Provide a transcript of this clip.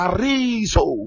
Arizo